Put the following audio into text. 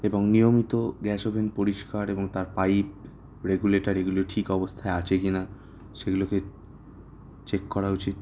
এবং নিয়মিত gas oven পরিষ্কার এবং তার পাইপ রেগুলেটর এগুলো ঠিক অবস্থায় আছে কি না সেগুলোকে চেক করা উচিত